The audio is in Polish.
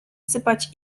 sypać